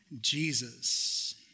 Jesus